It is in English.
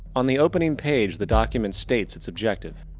on the opening page the document states its objective.